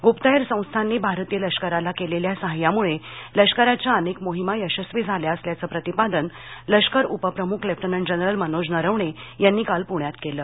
गुप्तहेर संस्थांनी भारतीय लष्कराला केलेल्या सहाय्यामुळे लष्कराच्या अनेक मोहिमा यशस्वी झाल्या असल्याचं प्रतिपादन लष्कर उप प्रमुख लेफ्टनंट जनरल मनोज नरवणे यांनी काल पुण्यात केल